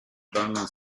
vernon